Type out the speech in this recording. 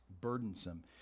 burdensome